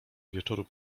wieczoru